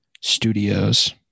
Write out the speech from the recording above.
studios